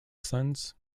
sons